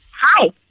Hi